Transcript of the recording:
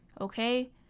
okay